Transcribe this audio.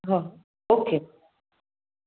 हा ओके